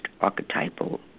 archetypal